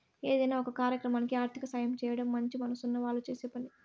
ఏదైనా ఒక కార్యక్రమానికి ఆర్థిక సాయం చేయడం మంచి మనసున్న వాళ్ళు చేసే పని